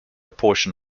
portion